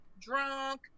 drunk